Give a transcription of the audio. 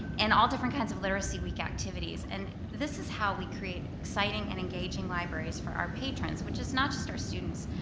and all different kinds of literacy week activities and this is how we create exciting and engaging libraries for our patrons which is not just our students,